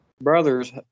brothers